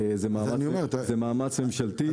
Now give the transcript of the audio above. זה מאמץ ממשלתי.